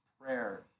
prayer